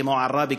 כמו עראבה,